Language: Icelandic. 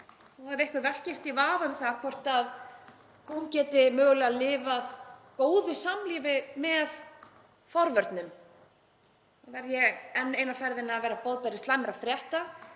Ef einhver velkist í vafa um það hvort hún geti mögulega lifað góðu samlífi með forvörnum þá verð ég enn eina ferðina að vera boðberi slæmra frétta.